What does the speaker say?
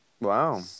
Wow